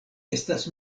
estas